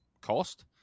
cost